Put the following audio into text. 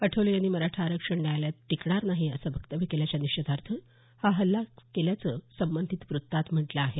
आठवले यांनी मराठा आरक्षण न्यायालयात टीकणार नाही असं वक्तव्य केल्याच्या निषेधार्थ हा हल्ला केल्याचं संबंधित वृत्तात म्हटलं आहे